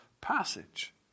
passage